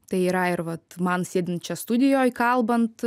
tai yra ir vat man sėdint čia studijoj kalbant